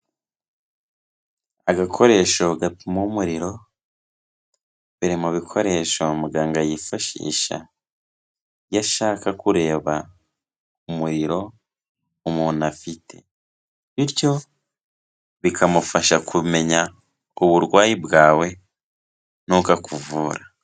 Agakoresho gapima umuriro, biri mu bikoresho muganga yifashisha iyo ashaka kureba umuriro umuntu afite, bityo bikamufasha kumenya uburwayi bwawe n'uko akuvura.